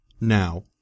Now